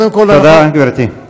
תודה, גברתי.